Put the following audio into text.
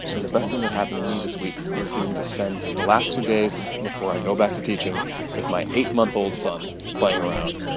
and the best thing that happened to me this week was getting to spend the last two days before i go back to teaching with my eight month old, playing around,